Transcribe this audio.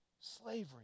Slavery